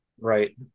Right